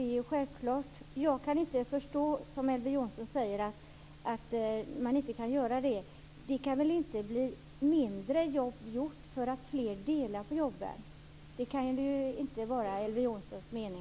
Jag kan inte förstå att man inte kan göra det, som Elver Jonsson säger. Det blir väl inte mindre arbete utfört därför att fler delar på jobben. Det kan inte vara Elver Jonssons mening.